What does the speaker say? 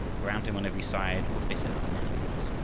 around him on every side were bitter enemies.